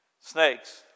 snakes